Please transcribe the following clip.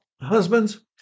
husbands